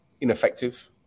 ineffective